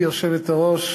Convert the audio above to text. גברתי היושבת-ראש,